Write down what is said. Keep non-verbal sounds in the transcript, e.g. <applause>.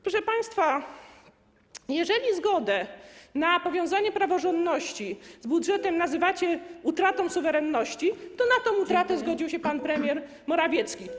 Proszę państwa, jeżeli zgodę na powiązanie praworządności <noise> z budżetem nazywacie utratą suwerenności, to na tę utratę zgodził się pan premier Morawiecki.